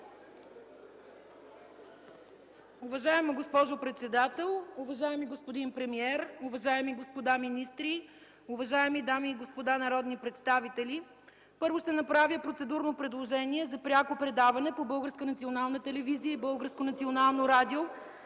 Уважаема госпожо председател, уважаеми господин министър-председател, уважаеми господа министри, уважаеми дами и господа народни представители! Първо ще направя процедурно предложение за пряко предаване по Българската